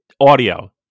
audio